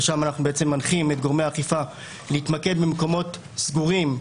ושם אנחנו מנחים את גורמי האכיפה להתמקד במקומות סגורים,